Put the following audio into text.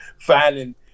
finding